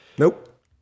nope